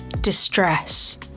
distress